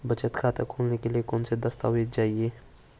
बचत खाता खोलने के लिए कौनसे दस्तावेज़ चाहिए?